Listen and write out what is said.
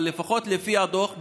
אבל לפחות לפי הדוח,